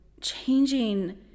changing